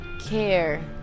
...care